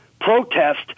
protest